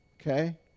Okay